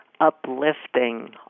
uplifting